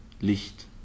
Licht